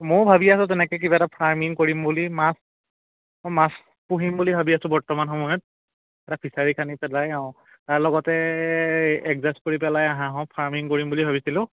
ময়ো ভাবি আছোঁ তেনেকৈ কিবা এটা ফাৰ্মিং কৰিম বুলি মাছ মই মাছ পুহিম বুলি ভাবি আছোঁ বৰ্তমান সময়ত এটা ফিছাৰী খান্দি পেলাই অঁ তাৰ লগতে এজজাষ্ট কৰি পেলাই হাঁহৰ ফাৰ্মিং কৰিম বুলি ভাবিছিলোঁ